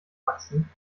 wachsen